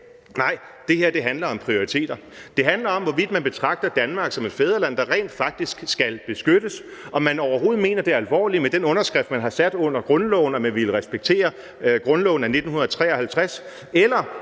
nej, det her handler om prioriteter. Det handler om, hvorvidt man betragter Danmark som et fædreland, der rent faktisk skal beskyttes, om man overhovedet mener det alvorligt med den underskrift, man har sat under grundloven, som man vil respektere – altså grundloven af 1953 – eller